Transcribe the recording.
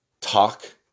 talk